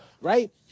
right